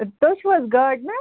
تُہۍ چھُو حظ گارڈنَر